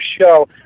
show